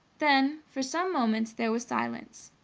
then, for some moments, there was silence.